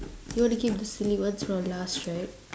you want to keep the silly ones for last right